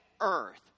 earth